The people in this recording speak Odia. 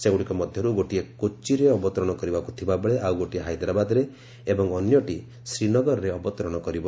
ସେଗୁଡ଼ିକ ମଧ୍ୟରୁ ଗୋଟିଏ କୋଚିରେ ଅବତରଣ କରିବାକୁ ଥିବାବେଳେ ଆଉ ଗୋଟିଏ ହାଇଦ୍ରାବାଦରେ ଏବଂ ଅନ୍ୟଟି ଶ୍ରୀନଗରରେ ଅବତରଣ କରିବ